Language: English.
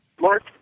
Mark